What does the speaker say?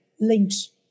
links